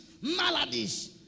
maladies